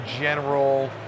general